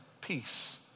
Peace